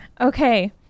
Okay